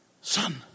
son